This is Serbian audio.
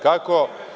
Kako?